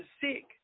sick